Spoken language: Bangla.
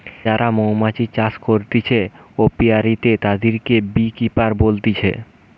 যারা মৌমাছি চাষ করতিছে অপিয়ারীতে, তাদিরকে বী কিপার বলতিছে